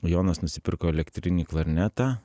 jonas nusipirko elektrinį klarnetą